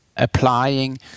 applying